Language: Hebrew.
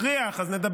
אך הוא הכריח, אז נדבר.